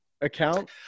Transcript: account